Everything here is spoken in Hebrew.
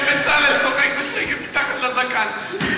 תראה, בצלאל צוחק בשקט מתחת לזקן.